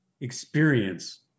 experience